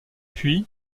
puis